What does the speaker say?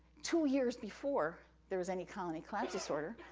two years before there was any colony collapse disorder,